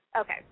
Okay